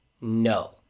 No